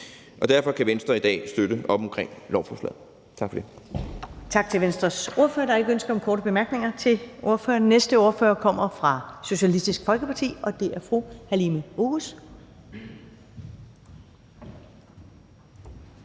Derfor kan Venstre i dag støtte op om lovforslaget.